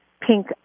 pink